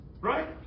Right